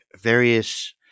various